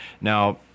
Now